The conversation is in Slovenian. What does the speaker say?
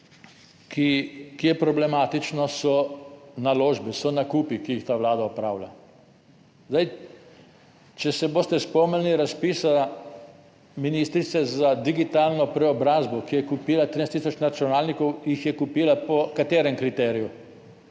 ki je problematično, so naložbe, so nakupi, ki jih ta Vlada opravlja. Zdaj, če se boste spomnili razpisa ministrice za digitalno preobrazbo, ki je kupila 13 tisoč računalnikov, jih je kupila po katerem kriteriju?